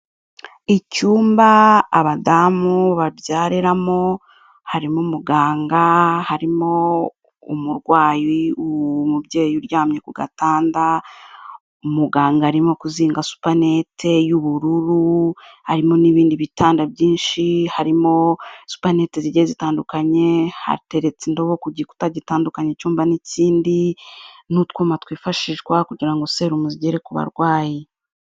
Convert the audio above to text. Icyumba abadamu babyariramo, harimo umuganga, harimo umurwayi, umubyeyi uryamye ku gatanda, umuganga arimo kuzinga supanete y'ubururu, harimo n'ibindi bitanda byinshi, harimo supanete zigiye zitandukanye, hateretse indobo ku gikuta gitandukanya icyumba n'ikindi n'utwuma twifashishwa kugira ngo serumu zigere ku barwayi.